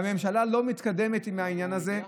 והממשלה לא מתקדמת עם העניין הזה.